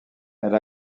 elle